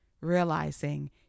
Realizing